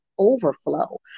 overflow